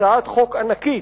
הצעת חוק ענקית,